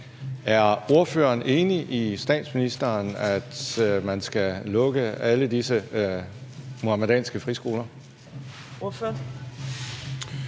Er ordføreren enig med statsministeren i, at man skal lukke alle disse muhammedanske friskoler? Kl.